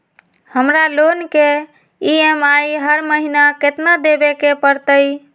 हमरा लोन के ई.एम.आई हर महिना केतना देबे के परतई?